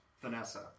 Vanessa